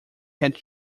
had